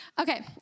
Okay